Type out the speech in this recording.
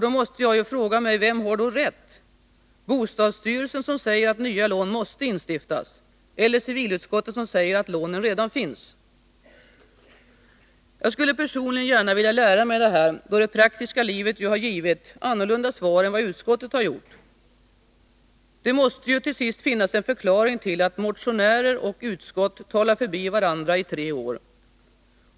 Då måste jag fråga mig: Vem har rätt — bostadsstyrelsen som säger att nya lån måste instiftas eller civilutskottet som säger att lånen redan finns? Jag skulle personligen gärna vilja lära mig detta, då det praktiska livet givit annorlunda svar än vad utskottet gjort. Det måste ju till sist finnas en förklaring till att motionärer och utskott talar förbi varandra i tre år.